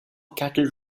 cattle